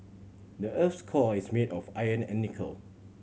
the earth's core is made of iron and nickel